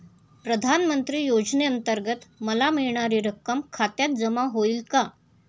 प्रधानमंत्री योजनेअंतर्गत मला मिळणारी रक्कम खात्यात जमा होईल का?